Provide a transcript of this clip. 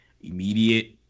immediate